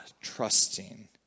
trusting